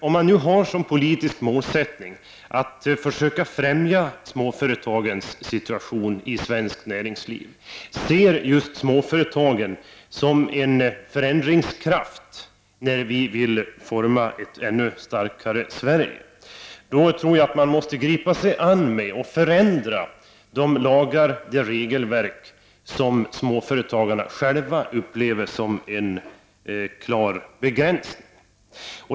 Om man har som politisk målsättning att försöka främja småföretagens situation i svenskt näringsliv och om man ser just småföretagen som en kraft som kan bidra till att forma ett ännu starkare Sverige, då tror jag att man måste gripa sig an med att förändra de lagar och det regelverk som småföretagarna själva upplever som en klar begränsning.